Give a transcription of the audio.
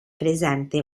presente